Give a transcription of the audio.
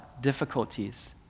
difficulties